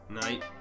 night